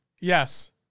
Yes